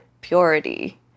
purity